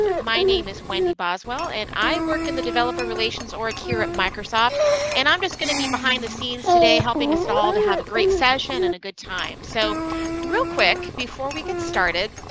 um my name is wendy boswell, ann. i work in the developer relations or here at microsoft and i'm just going to be behind the scenes today helping us at all to have a great session and a good time. so real quick before we get started.